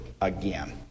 again